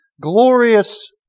glorious